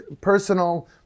personal